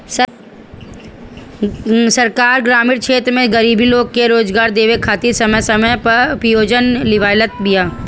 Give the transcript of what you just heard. सरकार ग्रामीण क्षेत्र में गरीब लोग के रोजगार देवे खातिर समय समय पअ परियोजना लियावत बिया